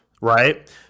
Right